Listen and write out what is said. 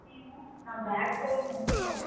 నేను నా బ్యాగ్ పోయిందండీ